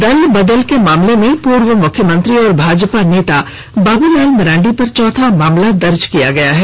दल बदल के मामले में पूर्व मुख्यमंत्री और भाजपा नेता बाबूलाल मरांडी पर चौथा मामला दर्ज कराया गया है